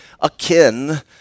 akin